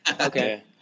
Okay